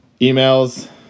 emails